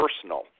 personal